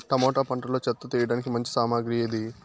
Tomato పంటలో చెత్త తీయడానికి మంచి సామగ్రి ఏది?